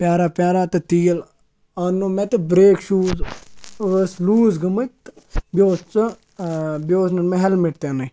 پرٛاران پرٛاران تہٕ تیٖل اَنہٕ نوو مےٚ تہٕ برٛیک شوٗز ٲسۍ لوٗز گٲمٕتۍ بیٚیہِ اوس سُہ بیٚیہِ اوس نہٕ مےٚ ہیلمِٹ تِنہٕ